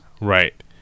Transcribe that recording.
right